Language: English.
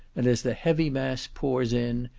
and as the heavy mass pours in,